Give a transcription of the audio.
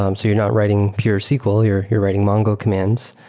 um so you're not writing pure sql. you're you're writing mongo commands.